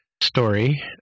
story